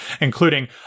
including